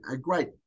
great